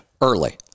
early